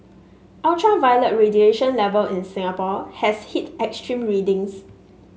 ultraviolet radiation level in Singapore has hit extreme readings